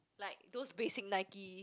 like those basic Nike